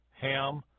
Ham